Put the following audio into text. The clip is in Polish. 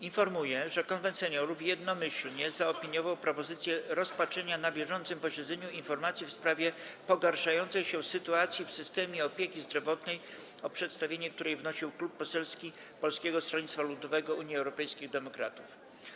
Informuję, że Konwent Seniorów jednomyślnie zaopiniował propozycję rozpatrzenia na bieżącym posiedzeniu informacji w sprawie pogarszającej się sytuacji w systemie opieki zdrowotnej, o której przedstawienie wnosił Klub Poselski Polskiego Stronnictwa Ludowego - Unii Europejskich Demokratów.